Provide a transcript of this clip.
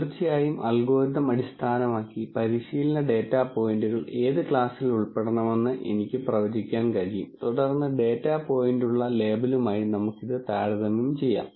തീർച്ചയായും അൽഗോരിതം അടിസ്ഥാനമാക്കി പരിശീലന ഡാറ്റാ പോയിന്റുകൾ ഏത് ക്ലാസിൽ ഉൾപ്പെടണമെന്ന് എനിക്ക് പ്രവചിക്കാൻ കഴിയും തുടർന്ന് ഡാറ്റ പോയിന്റ് ഉള്ള ലേബലുമായി നമുക്കിത് താരതമ്യം ചെയ്യാം